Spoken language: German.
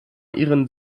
ihren